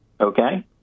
Okay